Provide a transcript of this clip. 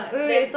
them